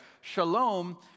shalom